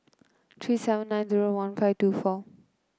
three seven nine zero one five two four